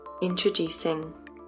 Introducing